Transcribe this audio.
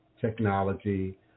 technology